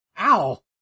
Ow